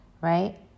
right